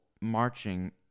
Marching